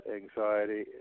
anxiety